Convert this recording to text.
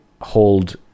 hold